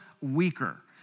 weaker